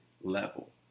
level